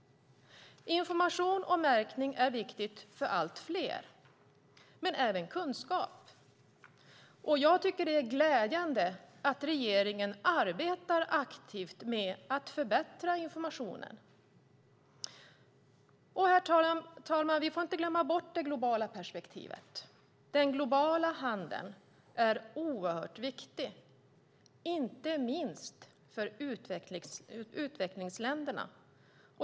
Information och märkning är viktigt för allt fler. Men det är även kunskap. Jag tycker att det är glädjande att regeringen arbetar aktivt med att förbättra informationen. Herr talman! Vi får inte glömma bort det globala perspektivet. Den globala handeln är oerhört viktig, inte minst för utvecklingsländerna.